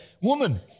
Woman